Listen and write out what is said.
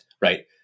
right